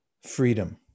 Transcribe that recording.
freedom